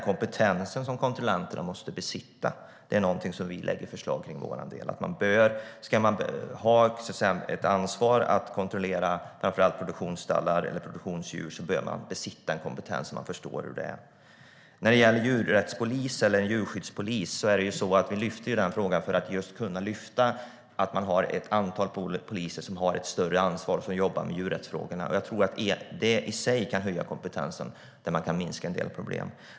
Kompetensen som kontrollanterna måste besitta är någonting som vi lägger fram förslag om. Ska man ha ansvar för att kontrollera framför allt produktionsstallar eller produktionsdjur bör man besitta kompetens så att man förstår hur det är. När det gäller en djurrättspolis eller djurskyddspolis lyfter vi fram förslaget att man har ett antal poliser som har ett större ansvar och jobbar med djurrättsfrågorna. Jag tror att det i sig kan höja kompetensen och minska en del problem.